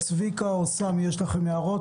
צביקה או סמי, יש לכם הערות?